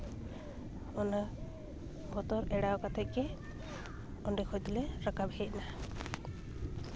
ᱚᱱᱟ ᱵᱚᱛᱚᱨ ᱮᱲᱟᱣ ᱠᱟᱛᱮ ᱜᱮ ᱚᱸᱰᱮ ᱠᱷᱚᱡ ᱫᱚᱞᱮ ᱨᱟᱠᱟᱵ ᱦᱮᱡ ᱮᱱᱟ